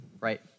right